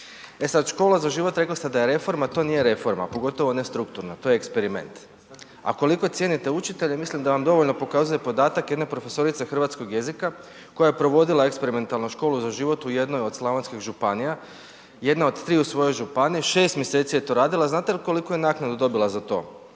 E sad, „Škola za život“ rekli ste da je reforma, to nije reforma, pogotovo ne strukturna. To je eksperiment, a koliko cijenite učitelje mislim da vam dovoljno pokazuje podatak jedne profesorice hrvatskog jezika koja je provodila eksperimentalno „Školu za život“ u jednoj od slavonskih županija, jedna od tri u svojoj županiji, 6 mjeseci je radila, a znate li koliku je naknadu dobila za to,